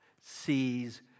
sees